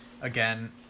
again